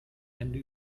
hände